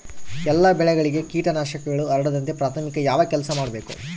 ಎಲ್ಲ ಬೆಳೆಗಳಿಗೆ ಕೇಟನಾಶಕಗಳು ಹರಡದಂತೆ ಪ್ರಾಥಮಿಕ ಯಾವ ಕೆಲಸ ಮಾಡಬೇಕು?